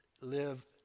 live